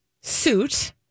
suit